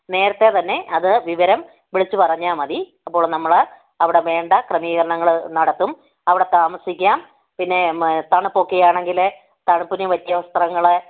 നേരത്തെതന്നെ അത് വിവരം വിളിച്ച് പറഞ്ഞാല് മതി അപ്പോൾ നമ്മള് അവിടെ വേണ്ട ക്രമീകരണങ്ങള് നടത്തും അവിടെ താമസിക്കാം പിന്നെ തണുപ്പൊക്കെയാണെങ്കില് തണുപ്പിനു പറ്റിയ വസ്ത്രങ്ങള്